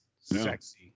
sexy